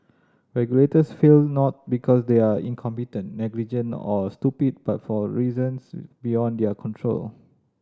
regulators fail not because they are incompetent negligent or stupid but for reasons beyond their control